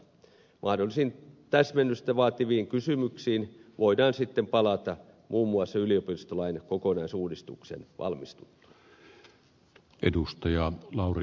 mahdollisiin täsmennystä vaativiin kysymyksiin voidaan palata muun muassa yliopistolain kokonaisuudistuksen valmistuttua